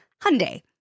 Hyundai